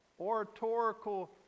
oratorical